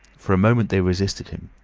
for a moment they resisted him.